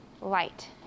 light